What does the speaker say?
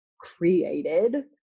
created